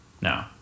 No